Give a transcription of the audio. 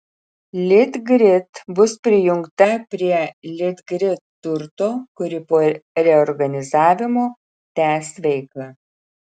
litgrid bus prijungta prie litgrid turto kuri po reorganizavimo tęs veiklą